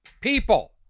People